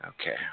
Okay